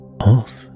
off